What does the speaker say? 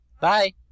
bye